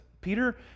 Peter